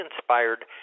inspired